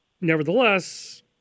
nevertheless